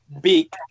big